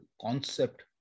Concept